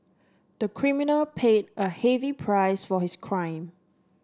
the criminal paid a heavy price for his crime